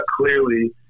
clearly